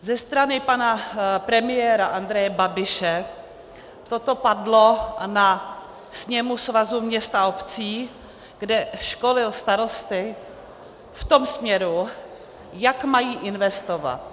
Ze strany pana premiéra Andreje Babiše toto padlo na sněmu Svazu měst a obcí, kde školil starosty v tom směru, jak mají investovat.